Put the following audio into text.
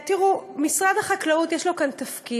תראו, משרד החקלאות, יש לו כאן תפקיד.